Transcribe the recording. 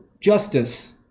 justice